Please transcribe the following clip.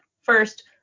first